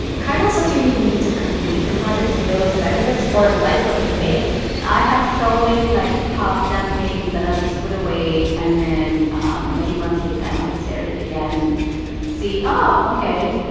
kaimal says you don't even need to complete a project to feel those benefits or like what you make i have so many, like, half-done things that i'll just put away. and then many monthly later, i might stare at it again and see, oh, ok,